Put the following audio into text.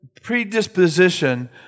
predisposition